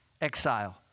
exile